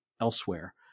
elsewhere